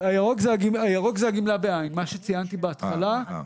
הירוק זה הגמלה בעין, מה שציינתי בהתחלה.